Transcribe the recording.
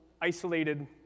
isolated